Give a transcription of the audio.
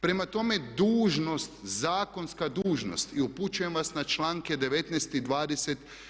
Prema tome, dužnost, zakonska dužnost i upućujem vas na članke 10., i 20.